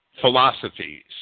philosophies